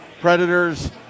Predators